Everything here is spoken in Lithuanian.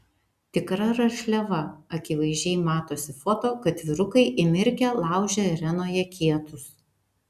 tikra rašliava akivaizdžiai matosi foto kad vyrukai įmirkę laužia arenoje kietus